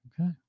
okay